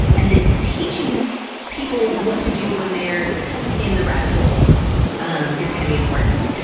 and then teaching people what to do when they're in the rabbit hole um is going to be important.